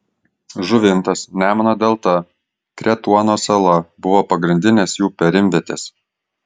žuvintas nemuno delta kretuono sala buvo pagrindinės jų perimvietės